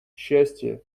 счастья